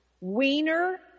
Wiener